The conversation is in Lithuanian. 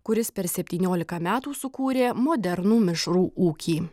kuris per septyniolika metų sukūrė modernų mišrų ūkį